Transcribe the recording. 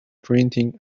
printing